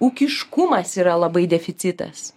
ūkiškumas yra labai deficitas